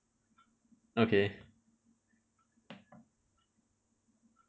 okay